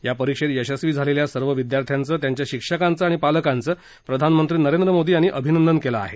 या परीक्षेत यशस्वी झालेल्या सर्व विद्यार्थ्यांचं त्यांच्या शिक्षकांचं आणि पालकांचं प्रधानमंत्री नरेंद्र मोदी यांनी अभिनंदन केलं आहे